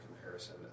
comparison